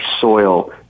soil